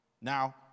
Now